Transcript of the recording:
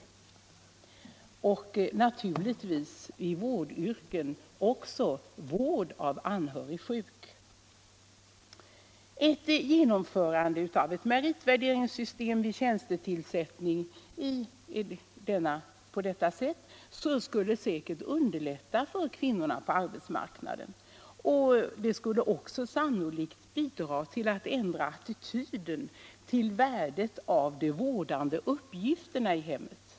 På samma sätt bör vård av anhörig sjuk räknas som meriterande tjänstgöring för sökande till vårdyrken. Ett genomförande av ett sådant meritvärderingssystem vid tjänstetillsättning skulle säkert underlätta för kvinnorna på arbetsmarknaden. Det skulle sannolikt också bidra till att ändra attityden till värdet av de vårdande uppgifterna i hemmet.